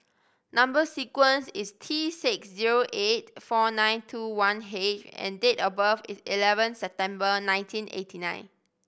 number sequence is T six zero eight four nine two one H and date of birth is eleven September nineteen eighty nine